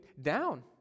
down